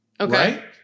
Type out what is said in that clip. Okay